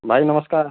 ଭାଇ ନମସ୍କାର୍